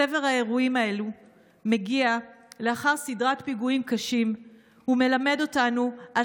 צבר האירועים האלה מגיע לאחר סדרת פיגועים קשים ומלמד אותנו על